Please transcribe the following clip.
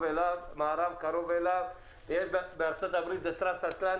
אליו והמערב קרוב אליו וזה בארצות הברית,